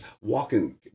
walking